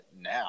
now